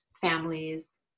families